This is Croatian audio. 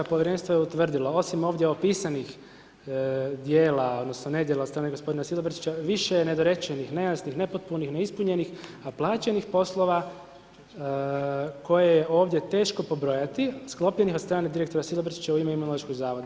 Povjerenstvo je utvrdilo, osim ovdje opisanih djela, odnosno nedjela od strane gospodina Silobrčića, više je nedorečenih, nejasnih, nepotupunih, neispunjenih, a plaćenih poslova koje je ovdje teško pobrojati sklopljenih od strane direktora Silobrčića u ime Imunološkog zavoda.